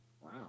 Wow